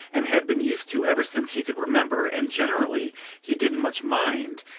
and had been used to ever since he could remember and generally he didn't much mind,